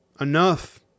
enough